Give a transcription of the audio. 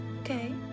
Okay